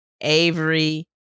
Avery